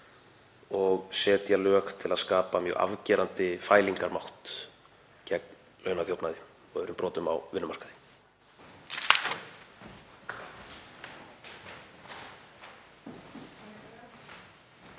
og setja lög til að skapa mjög afgerandi fælingarmátt gegn launaþjófnaði og öðrum brotum á vinnumarkaði.